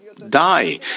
die